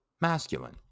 masculine